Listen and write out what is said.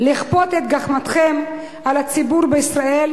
לכפות את גחמתכם על הציבור בישראל,